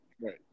right